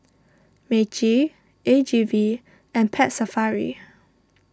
Meiji A G V and Pet Safari